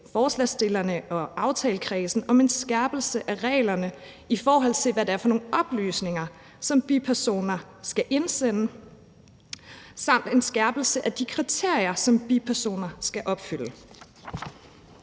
forslagsstillerne og aftalekredsen om en skærpelse af reglerne, i forhold til hvad det er for nogle oplysninger, som bipersoner skal indsende, samt en skærpelse af de kriterier, som bipersoner skal opfylde.